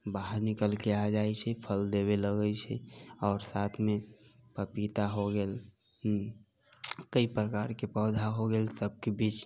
बाहर निकल के आ जाइ छै फल देबे लगै छै आओर साथ मे पपीता हो गेल हँ कइ प्रकार के पौधा हो गेल सबके बीज